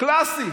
קלאסי.